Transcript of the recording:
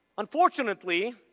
Unfortunately